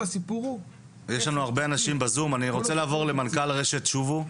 אני רוצה לעבור למנכ"ל רשת שובו.